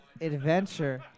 Adventure